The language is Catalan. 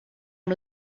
amb